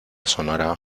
sonora